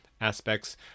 aspects